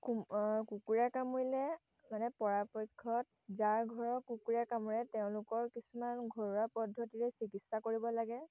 কুকুৰে কামুৰিলে মানে পৰাপক্ষত যাৰ ঘৰৰ কুকুৰে কামোৰে তেওঁলোকক কিছুমান ঘৰুৱা পদ্ধতিৰে চিকিৎসা কৰিব লাগে